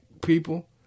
people